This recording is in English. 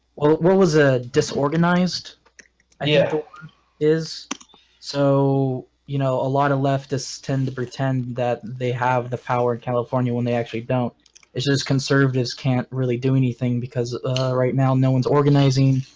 well what was a disorganized and yeah is so you know a lot of leftists tend to pretend that they have the powered, california when they actually don't it as conservatives can't really do anything because right now. no one's organizing.